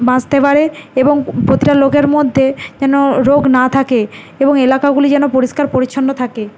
বাঁসতে পারে এবং প্রতিটা লোকের মধ্যে যেন রোগ না থাকে এবং এলাকাগুলি যেন পরিষ্কার পরিচ্ছন্ন থাকে